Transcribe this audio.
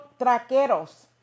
traqueros